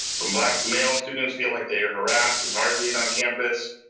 from black male students feel like they are harassed and targeted on campus,